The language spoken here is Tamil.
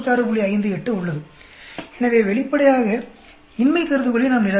58 உள்ளது எனவே வெளிப்படையாக இன்மை கருதுகோளை நாம் நிராகரிக்கிறோம்